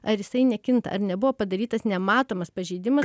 ar jisai nekinta ar nebuvo padarytas nematomas pažeidimas